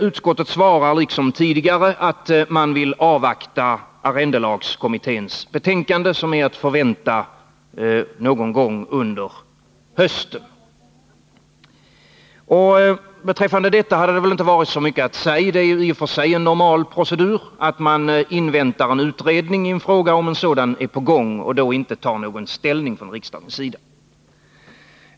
Utskottet svarar liksom tidigare att man vill avvakta arrendelagskommitténs betänkande, som är att förvänta någon gång under hösten. Beträffande detta hade det väl inte varit så mycket att säga — det är i och för sig en normal procedur att man inväntar en utredning i en fråga, om en sådan är på gång, och då inte tar någon ställning från riksdagens sida.